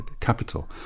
capital